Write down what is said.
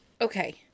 okay